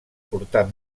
portar